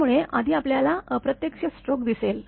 त्यामुळे आधी आपल्याला अप्रत्यक्ष स्ट्रोक दिसेल